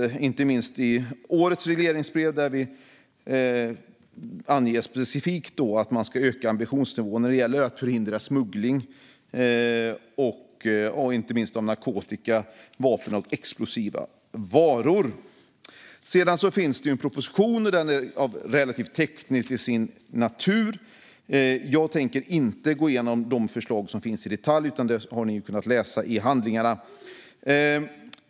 Det gäller inte minst i årets regleringsbrev där vi anger specifikt att man ska höja ambitionsnivån när det gäller att förhindra smuggling av särskilt narkotika, vapen och explosiva varor. Det finns en proposition. Den är relativt teknisk till sin natur. Jag tänker inte i detalj gå igenom de förslag som finns där. Det har ni kunnat läsa i handlingarna.